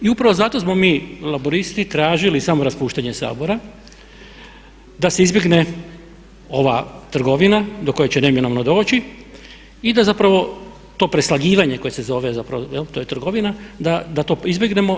I upravo zato smo mi Laburisti tražili samo raspuštanje Sabora da se izbjegne ova trgovina do koje će neminovno doći i da zapravo to preslagivanje koje se zove, zapravo, to je trgovina, da to izbjegnemo.